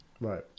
Right